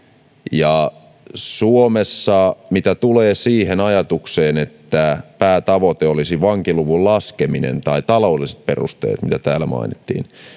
ja suomessa mitä tulee siihen ajatukseen että päätavoite olisi vankiluvun laskeminen tai taloudelliset perusteet mitä täällä mainittiin